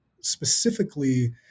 specifically